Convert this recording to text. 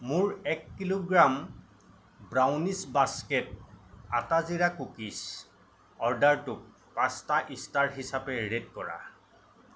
মোৰ এক kilogram brownies basket আটা জিৰা কুকিছ অৰ্ডাৰটোক পাঁচটা ষ্টাৰ হিচাপে ৰেট কৰা